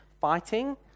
fighting